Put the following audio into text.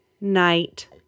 night